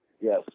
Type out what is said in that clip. Yes